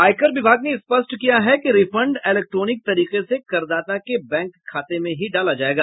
आयकर विभाग ने स्पष्ट किया है रिफंड इलेक्ट्रोनिक तरीके से करदाता के बैंक खाते में ही डाला जायेगा